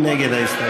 מי נגד ההסתייגות?